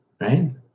right